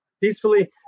peacefully